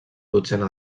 dotzena